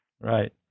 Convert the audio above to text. Right